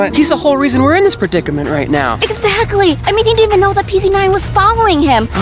um he's the whole reason we're in this predicament right now. exactly! i mean, he didn't even and know that p z nine was following him.